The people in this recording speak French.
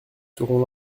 serons